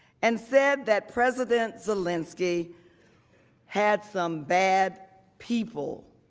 and said that president zelensky had some bad people